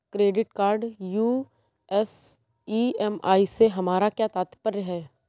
Credit card US EMI से हमारा क्या तात्पर्य है?